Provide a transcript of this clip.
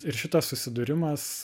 ir šitas susidūrimas